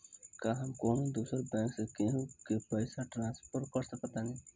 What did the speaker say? का हम कौनो दूसर बैंक से केहू के पैसा ट्रांसफर कर सकतानी?